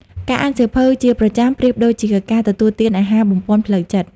ការអានសៀវភៅជាប្រចាំប្រៀបដូចជាការ ទទួលទានអាហារបំប៉នផ្លូវចិត្ត។